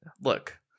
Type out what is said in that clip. Look